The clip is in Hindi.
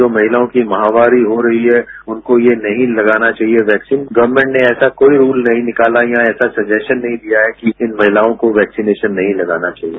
जो महिलाओं के महामारी हो रही है उनकों यह नहीं लगाया चाहिए वैक्सीन गवर्मेट ऐसा कोई रूल नहीं निकाला यहां ऐसा सजेशन नहीं दिया है कि इन महिलाओं को वैक्सीनेशन नहीं लगाया चाहिए